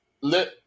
Let